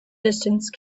distance